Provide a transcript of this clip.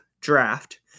Draft